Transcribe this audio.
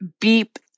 beep